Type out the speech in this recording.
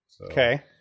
Okay